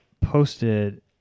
posted